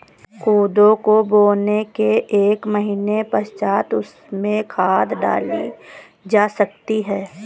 कोदो को बोने के एक महीने पश्चात उसमें खाद डाली जा सकती है